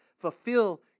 Fulfill